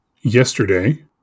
Yesterday